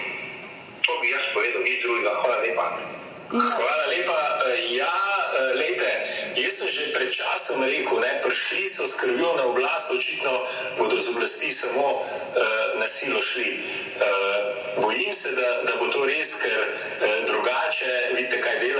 To bi jaz povedal, nič drugega. Hvala lepa. -Hvala lepa. Ja, glejte, jaz sem že pred časom rekel: prišli so s krvjo na oblast, očitno bodo z oblasti samo na silo šli. Bojim se, da bo to res. Ker drugače vidite, kaj delajo